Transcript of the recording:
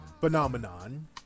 phenomenon